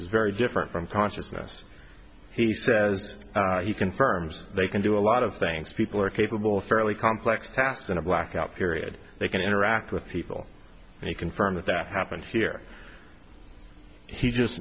is very different from consciousness he says he confirms they can do a lot of things people are capable of fairly complex tasks in a blackout period they can interact with people and you confirm that that happened here he just